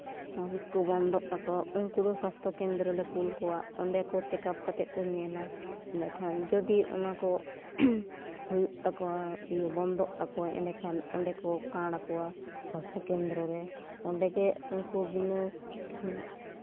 ᱢᱟᱥᱤᱠ ᱠᱚ ᱵᱚᱱᱫᱚᱜ ᱛᱟᱠᱚᱣᱟ ᱩᱱᱠᱩ ᱫᱚ ᱥᱟᱥᱛᱷᱚ ᱠᱮᱱᱫᱨᱚ ᱞᱮ ᱠᱩᱞ ᱠᱚᱣᱟ ᱚᱸᱰᱮ ᱠᱚ ᱪᱮᱠᱟᱯ ᱠᱟᱛᱮᱫ ᱠᱚ ᱧᱮᱞᱟ ᱮᱸᱰᱮᱠᱷᱟᱱ ᱡᱩᱫᱤ ᱚᱱᱟ ᱠᱚ ᱦᱩᱭᱩᱜ ᱛᱟᱠᱚᱣᱟ ᱵᱚᱱᱫᱚᱜ ᱛᱟᱠᱚᱣᱟ ᱮᱸᱰᱮᱠᱷᱟᱱ ᱚᱸᱰᱮ ᱠᱚ ᱠᱟᱲ ᱟᱠᱚᱣᱟ ᱥᱟᱥᱛᱷᱚ ᱠᱮᱫᱽᱨᱚ ᱨᱮ ᱚᱸᱰᱮᱜᱮ ᱩᱱᱠᱩ ᱵᱤᱱᱟᱹ ᱦᱮᱸ